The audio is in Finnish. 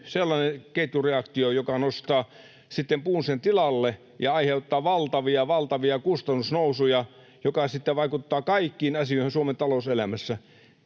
sellainen ketjureaktio, joka nostaa sitten puun sen tilalle ja aiheuttaa valtavia kustannusnousuja, jotka sitten vaikuttavat kaikkiin asioihin Suomen talouselämässä.